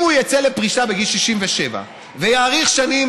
אם הוא יצא לפרישה בגיל 67 ויאריך שנים,